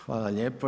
Hvala lijepo.